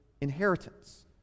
inheritance